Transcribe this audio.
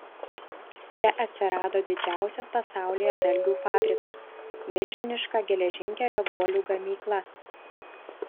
čia atsirado didžiausias pasaulyje dalgių fabrikas milžiniška geležinkelio guolių gamykla